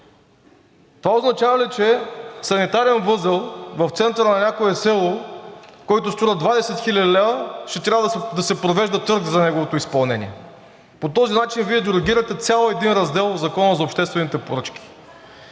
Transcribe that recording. Това означава ли, че санитарен възел в центъра на някое село, който струва 20 хил. лв., ще трябва да се провежда търг за неговото изпълнение? По този начин Вие дерогирате цял един раздел в Закона за обществените поръчки.